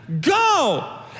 Go